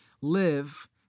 live